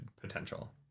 potential